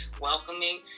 welcoming